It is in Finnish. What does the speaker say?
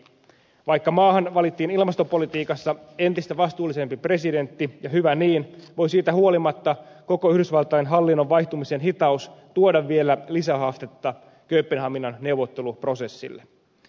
vaikka maahan valittiin ilmastopolitiikassa entistä vastuullisempi presidentti ja hyvä niin voi siitä huolimatta koko yhdysvaltain hallinnon vaihtumisen hitaus tuoda vielä lisähaastetta kööpenhaminan neuvotteluprosessille